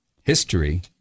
history